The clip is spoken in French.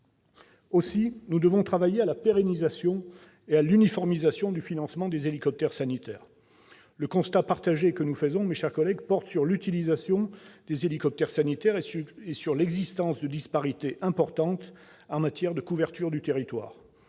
Aussi, nous devons travailler à la pérennisation et à l'uniformisation du financement des hélicoptères sanitaires. Le constat partagé que nous faisons, mes chers collègues, porte sur l'utilisation des hélicoptères sanitaires et sur l'existence de disparités importantes en matière de couverture du territoire,